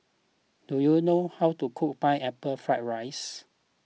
do you know how to cook Pineapple Fried Rice